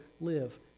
live